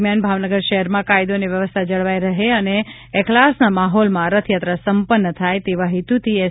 દરમિયાન ભાવનગર શહેરમાં કાયદો અને વ્યવસ્થા જળવાઇ રહે અને એખલાસના માહોલમાં રથયાત્રા સંપન્ન થાય તેવા હેતુથી એસ